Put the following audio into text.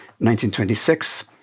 1926